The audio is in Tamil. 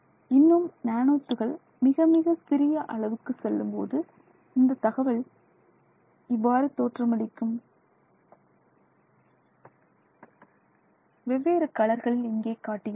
இன்னும் நானோ துகள் மிக மிக சிறிய அளவுக்கு செல்லும்போது இந்த தகவல் இவ்வாறு தோற்றமளிக்கும் வெவ்வேறு கலர்களில் இங்கே காட்டியுள்ளேன்